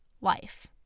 life